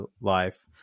life